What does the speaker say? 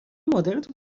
مادرتو